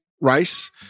rice